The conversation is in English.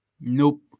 Nope